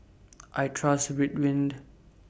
I Trust Ridwind